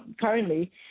currently